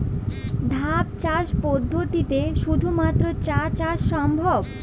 ধাপ চাষ পদ্ধতিতে শুধুমাত্র চা চাষ সম্ভব?